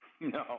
No